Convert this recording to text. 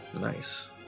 Nice